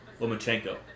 Lomachenko